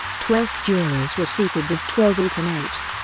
twelve jurors were seated with twelve alternates.